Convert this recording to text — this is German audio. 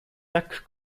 duck